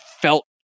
felt